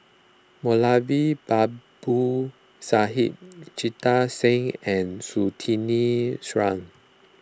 Moulavi Babu Sahib Jita Singh and Surtini Sarwan